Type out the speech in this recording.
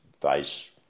face